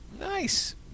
Nice